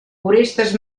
orestes